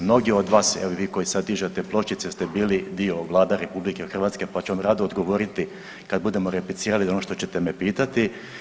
Mnogi od vas, evo i vi koji sad dižete pločice, ste bili dio Vlade RH, pa ću vam rado odgovoriti kad budemo replicirali na ono što ćete me pitati.